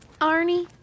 Arnie